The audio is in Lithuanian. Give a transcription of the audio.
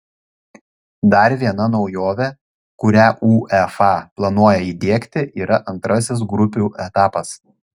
dar viena naujovė kurią uefa planuoja įdiegti yra antrasis grupių etapas